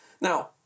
Now